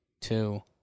two